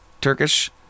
Turkish